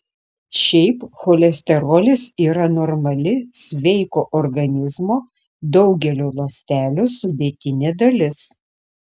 šiaip cholesterolis yra normali sveiko organizmo daugelio ląstelių sudėtinė dalis